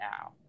now